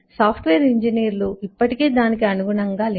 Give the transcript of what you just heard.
software ఇంజనీర్లు ఇప్పటికీ దానికి అనుగుణంగా లేరు